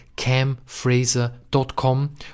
CamFraser.com